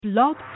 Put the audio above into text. Blog